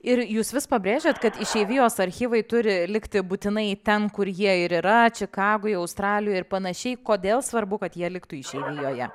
ir jūs vis pabrėžiat kad išeivijos archyvai turi likti būtinai ten kur jie ir yra čikagoj australijoj ir panašiai kodėl svarbu kad jie liktų išeivijoje